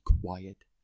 quiet